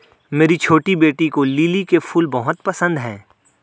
मेरी छोटी बेटी को लिली के फूल बहुत पसंद है